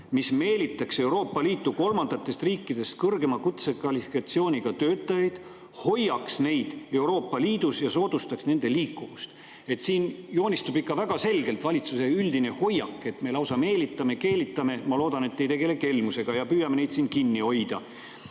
meelitaks! – Euroopa Liitu kolmandatest riikidest kõrgema kutsekvalifikatsiooniga töötajaid, hoiaks neid Euroopa Liidus ja soodustaks nende liikuvust. Siin joonistub välja ikka väga selgelt valitsuse üldine hoiak, et me lausa meelitame ja keelitame neid – ma loodan, et te ei tegele kelmusega – ning püüame neid siin kinni hoida.